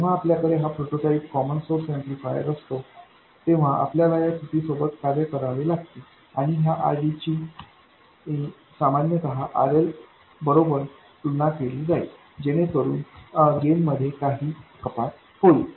जेव्हा आपल्याकडे हा प्रोटोटाइप कॉमन सोर्स ऍम्प्लिफायर असतो तेव्हा आपल्याला या त्रुटि सोबत कार्य करावे लागते आणि हा RD ची सामान्यत RLबरोबर तुलना केली जाईल जेणेकरून गेन मध्ये काही कपात होईल